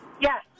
Yes